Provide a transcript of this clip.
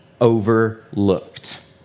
overlooked